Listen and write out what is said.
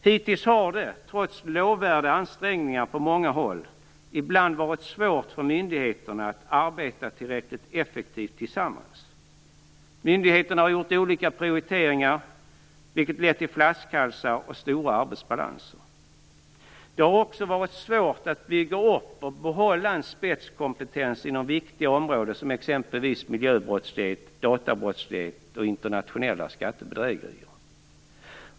Hittills har det trots lovvärda ansträngningar på många håll ibland varit svårt för myndigheterna att arbeta tillräckligt effektivt tillsammans. Myndigheterna har gjort olika prioriteringar, vilket har lett till flaskhalsar och stora arbetsbalanser. Det har också varit svårt att bygga upp och behålla en spetskompetens inom viktiga områden såsom t.ex. miljöbrottslighet, databrottslighet och internationella skattebedrägerier.